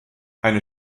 eine